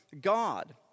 God